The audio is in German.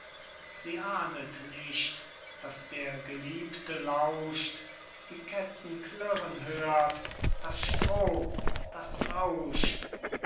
sie ahndet nicht daß der geliebte lauscht die ketten klirren hört das stroh das rauscht